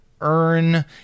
earn